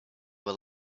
were